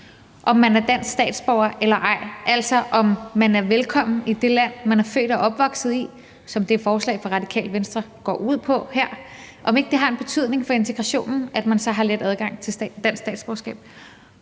om man er dansk statsborger eller ej, altså om man er velkommen i det land, man er født og opvokset i, som forslaget her fra Radikale Venstre går ud på. Har det ikke betydning for integrationen, at man har let adgang til statsborgerskab?